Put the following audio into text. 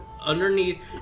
underneath